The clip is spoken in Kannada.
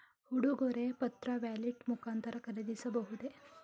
ಉಡುಗೊರೆ ಪತ್ರ ವ್ಯಾಲೆಟ್ ಮುಖಾಂತರ ಖರೀದಿಸಬಹುದೇ?